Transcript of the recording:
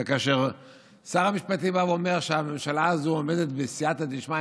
וכאשר שר המשפטים בא ואומר שהממשלה הזאת עומדת בסייעתא דשמיא,